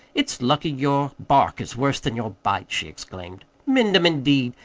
it's lucky your bark is worse than your bite! she exclaimed. mend em, indeed!